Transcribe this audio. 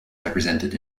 represented